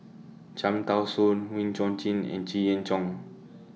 Cham Tao Soon Wee Chong Jin and Jenn Yee Jong